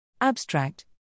Abstract